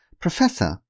Professor